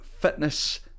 fitness